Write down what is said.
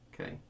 Okay